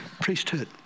priesthood